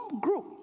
group